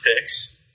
picks